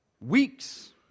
Weeks